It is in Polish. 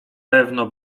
pewno